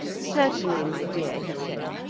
certainly, my dear he said,